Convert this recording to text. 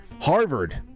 Harvard